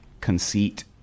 conceit